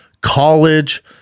college